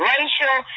Racial